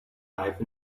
life